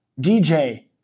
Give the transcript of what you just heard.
DJ